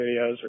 videos